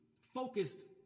focused